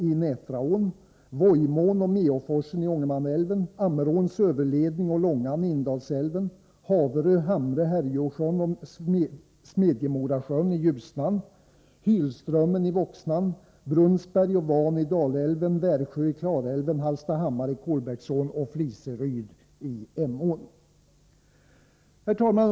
Det gäller följande: Herr talman!